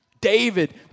David